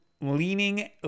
leaning